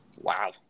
Wow